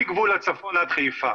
מגבול הצפון עד חיפה.